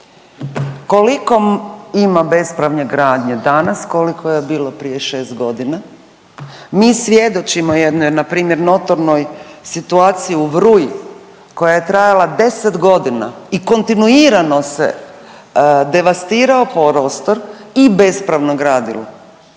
Koliko ima bespravne gradnje danas, koliko je bilo prije 6 godina? Mi svjedočimo jednoj npr. notornoj situaciji u Vruji koja je trajala 10 godina i kontinuirano se devastirao prostor i bespravno gradilo